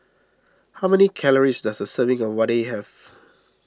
how many calories does a serving of Vadai have